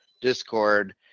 Discord